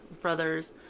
brothers